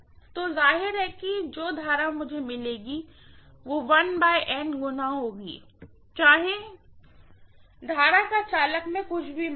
तो जाहिर है कि जो करंट मुझे यहाँ मिलेगी वो गुना होगी चाहें करंट का चालक में कुछ भी मान हो